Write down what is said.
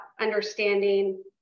understanding